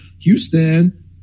Houston